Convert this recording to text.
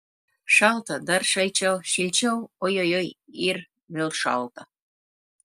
šalta dar šalčiau šilčiau ojojoi ir vėl šalta